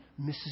Mrs